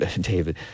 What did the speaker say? David